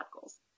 goals